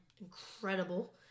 incredible